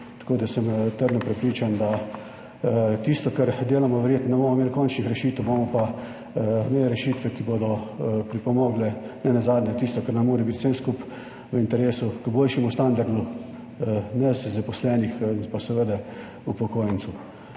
tako da sem trdno prepričan, da tisto, kar delamo, verjetno ne bomo imeli končnih rešitev, bomo pa imeli rešitve, ki bodo pripomogle nenazadnje tisto, kar nam mora biti vsem skupaj v interesu k boljšemu standardu nas zaposlenih in pa seveda upokojencev.